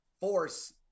force